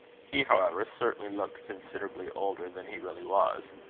he, however, certainly looked considerably older than he really was.